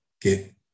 get